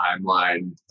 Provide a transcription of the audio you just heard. timeline